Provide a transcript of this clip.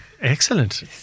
Excellent